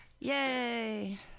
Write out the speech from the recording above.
yay